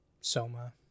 Soma